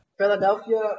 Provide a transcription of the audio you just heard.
Philadelphia